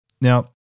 Now